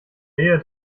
ehe